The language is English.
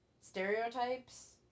stereotypes